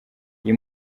iyi